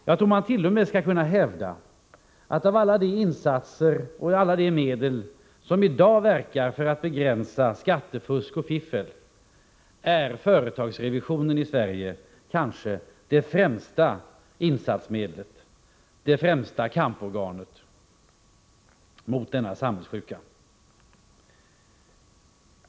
Jag tror t.o.m. att man kan hävda att av alla de insatser och alla de medel som i dag verkar för att begränsa skattefusk och fiffel är företagsrevisionen i Sverige det kanske främsta insatsmedlet, det främsta kamporganet mot denna samhällssjuka.